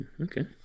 Okay